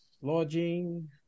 lodging